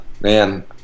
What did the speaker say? Man